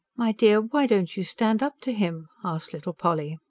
my dear, why don't you stand up to him? asked little polly.